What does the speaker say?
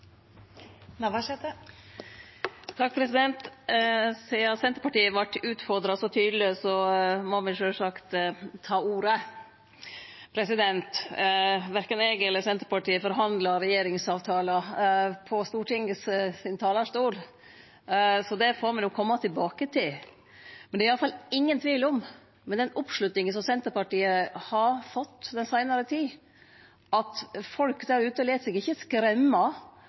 Senterpartiet vart utfordra så tydeleg, må me sjølvsagt ta ordet. Verken eg eller Senterpartiet forhandlar regjeringsavtalar frå Stortingets talarstol, så det får me kome tilbake til. Men det er i alle fall ingen tvil om – med den oppslutninga som Senterpartiet har fått i den seinare tida – at folk der ute ikkje lèt seg